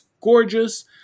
gorgeous